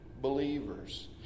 believers